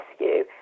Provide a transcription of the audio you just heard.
rescue